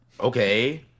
okay